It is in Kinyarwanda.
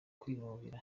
kwinubira